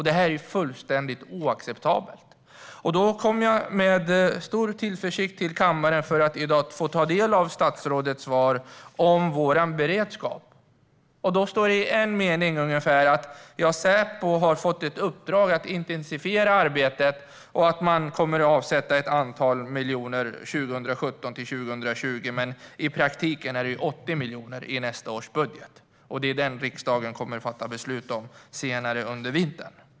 Detta är fullständigt oacceptabelt. Jag kom med stor tillförsikt till kammaren i dag för att få ta del av statsrådets svar om vår beredskap. Det står i ungefär en mening att Säpo fått i uppdrag att intensifiera arbetet och att ett antal miljoner kommer att avsättas för 2017-2020, men i praktiken är det 80 miljoner i nästa års budget. Det är den riksdagen kommer att fatta beslut om senare under vintern.